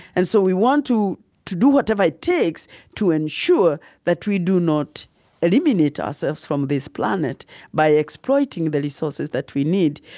and so, we want to to do whatever it takes to ensure that we do not eliminate ourselves from this planet by exploiting the resources that we need,